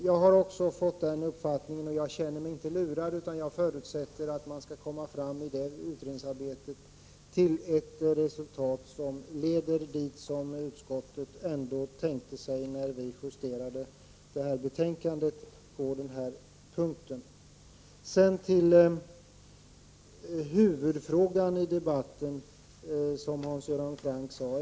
Jag har fått samma uppfattning, men jag känner mig inte lurad utan förutsätter att man genom utredningsarbetet skall komma fram till ett sådant resultat som utskottet tänkte sig när vi justerade betänkandet på den punken. Så till ”huvudfrågan i debatten”, som Hans Göran Franck kallade den.